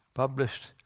published